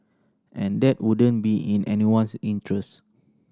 and that wouldn't be in anyone's interest